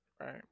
Right